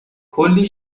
کلی